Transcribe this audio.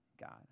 God